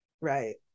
right